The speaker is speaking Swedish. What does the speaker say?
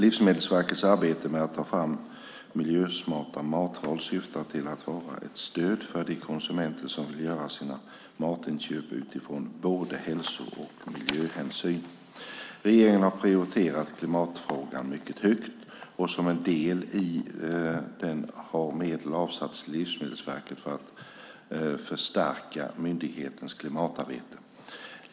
Livsmedelsverkets arbete med att ta fram miljösmarta matval syftar till att vara ett stöd för de konsumenter som vill göra sina matinköp utifrån både hälso och miljöhänsyn. Regeringen har prioriterat klimatfrågan mycket högt, och som en del i det har medel avsatts till Livsmedelsverket för att förstärka myndighetens klimatarbete.